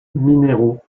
mineiro